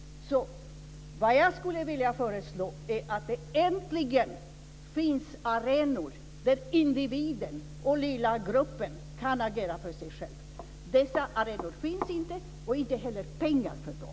Så vad jag skulle vilja föreslå är att det äntligen ska finnas arenor där individen och den lilla gruppen kan agera för sig själva. Dessa arenor finns inte, och inte heller pengar för dem.